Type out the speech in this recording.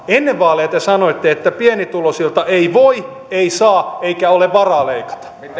ennen vaaleja sanoitte että pienituloisilta ei voi ei saa eikä ole varaa leikata